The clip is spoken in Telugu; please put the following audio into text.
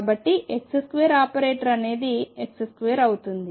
కాబట్టి x2 ఆపరేటర్ అనేది x2 అవుతుంది